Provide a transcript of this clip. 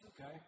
okay